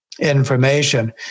information